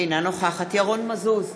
אינה נוכחת ירון מזוז,